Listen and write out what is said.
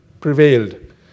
prevailed